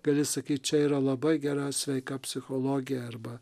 gali sakyt čia yra labai gera sveika psichologija arba